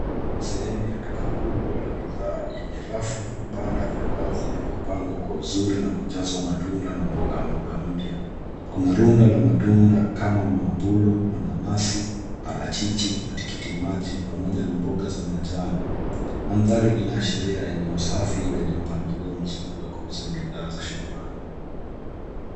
Kuna sehemu ya duka kubwa la bidhaa yenye rafu na vibanda vya mbao zilizopangwa kwa uzuri na kujazwa matunda na mboga mboga mpya. Kuna rundo la matunda kama maapulo, mananasi, parachichi na tikitimaji pamoja na mboga za majani. Mandhari inaashiria eneo safi lenye mpangilio mzuri wa kuuza bidhaa za shambani